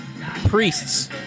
priests